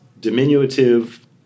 diminutive